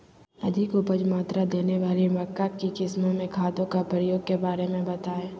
अधिक उपज मात्रा देने वाली मक्का की किस्मों में खादों के प्रयोग के बारे में बताएं?